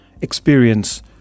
experience